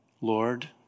Lord